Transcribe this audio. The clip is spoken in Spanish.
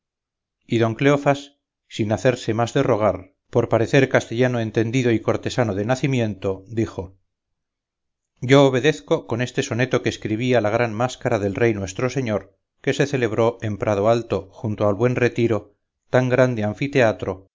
don cleofás sin hacerse más de rogar por parecer castellano entendido y cortesano de nacimiento dijo yo obedezco con este soneto que escribí a la gran máscara del rey nuestro señor que se celebró en el prado alto junto al buen retiro tan grande anfiteatro